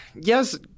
Yes